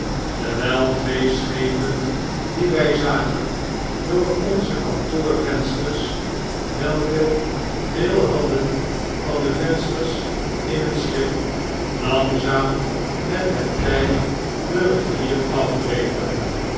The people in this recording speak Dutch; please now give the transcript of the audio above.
terwyi twee schepen die wy zagen door onze kantoorvensters welke veel hadden van de vensters in een schip langzaam met het ty de rivier afdreven